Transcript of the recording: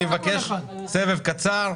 אני מבקש סבב קצר.